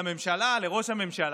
לממשלה, לראש הממשלה,